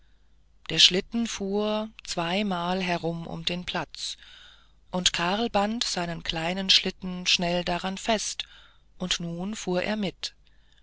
der schlitten fuhr zweimal herum um den platz und karl band seinen kleinen schlitten schnell daran fest und nun fuhr er mit